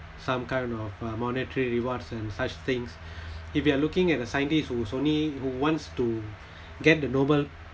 some kind of a monetary rewards and such things if you are looking at the scientists who only who wants to get the noble